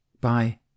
bye